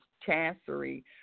chancery